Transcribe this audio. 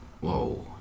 Whoa